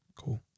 Cool